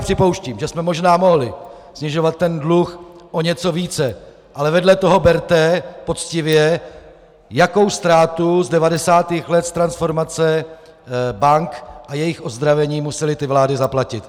Připouštím, že jsme možná mohli snižovat dluh o něco více, ale vedle toho berte poctivě, jakou ztrátu z 90. let z transformace bank a jejich ozdravení musely vlády zaplatit.